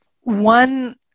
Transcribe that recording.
One